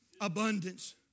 abundance